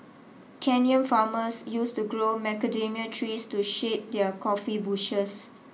Kenyan farmers used to grow macadamia trees to shade their coffee bushes